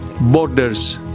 borders